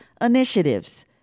initiatives